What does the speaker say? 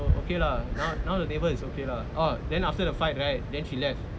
okay lah now now the neighbour is okay lah orh then after the fight right then she left